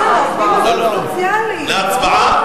להצבעה?